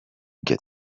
get